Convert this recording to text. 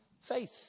faith